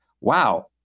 wow